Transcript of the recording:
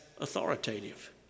authoritative